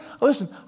listen